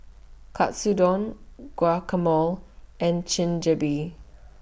Katsudon Guacamole and